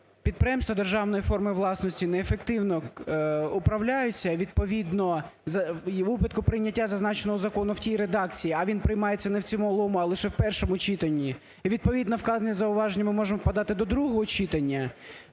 підприємства державної форми власності неефективно управляються, відповідно … у випадку прийняття зазначеного Закону в тій редакції, а він приймається не в цілому, а лише в першому читанні, і відповідно вказаним зауваженням ми можемо подати до другого читання,